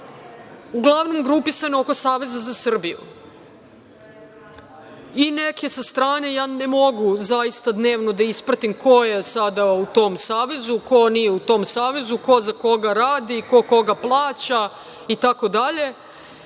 uglavnom grupisan oko Saveza za Srbiju i neke sa strane, ja ne mogu zaista dnevno da ispratim ko je sada u tom savezu, ko nije u tom savezu, ko za koga radi, ko koga plaća itd,